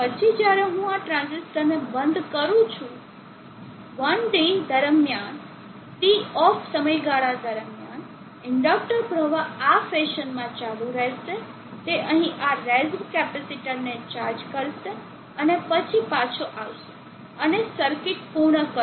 પછી જ્યારે હું આ ટ્રાંઝિસ્ટરને બંધ કરું છું 1 d દરમિયાન TOFF સમયગાળા દરમિયાન ઇન્ડકટર પ્રવાહ આ ફેશનમાં ચાલુ રહેશે તે અહીં આ રેઝ્વ કેપેસિટર ને ચાર્જ કરશે અને પછી પાછો આવશે અને સર્કિટ પૂર્ણ કરશે